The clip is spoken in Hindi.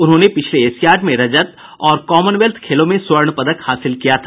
उन्होंने पिछले एशियाड में रजत और कॉमनवेल्थ खेलों में स्वर्ण पदक हासिल किया था